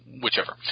Whichever